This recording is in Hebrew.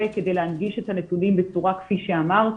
כדי להנגיש את הנתונים בצורה כפי שאמרת,